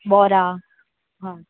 बोरां आं